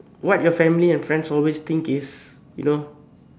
what your family and friends always think is you know